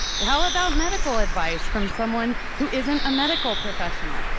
how about medical advice from someone who isn't a medical professional?